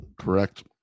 Correct